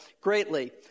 greatly